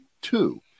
two